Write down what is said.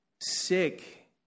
sick